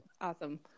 Awesome